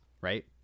right